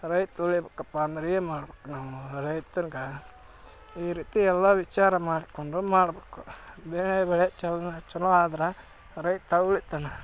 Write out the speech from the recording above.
ರೈತರು ಉಳಿಬೇಕಪ್ಪ ಅಂದ್ರೆ ಏನು ಮಾಡ್ಬೇಕು ನಾವು ರೈತನ್ಗೆ ಈ ರೀತಿ ಎಲ್ಲ ವಿಚಾರ ಮಾಡಿಕೊಂಡು ಮಾಡಬೇಕು ದಿನೇ ಬೆಳೆ ಚೆನ್ನಾಗಿ ಚಲೋ ಆದ್ರೆ ರೈತ ಉಳಿತಾನ